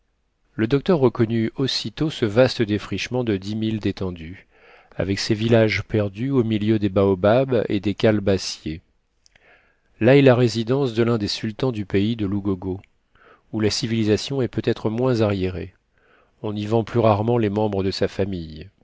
le docteur reconnut aussitôt ce vaste défrichement de dix milles d'étendue avec ses villages perdus au milieu des baobabs et des calebassiers là est la résidence de l'un des sultans du pays de l'ugogo où la civilisation est peut-être moins arriérée on y vend plus rarement les membres de sa famille